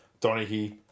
Donaghy